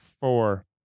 Four